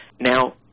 Now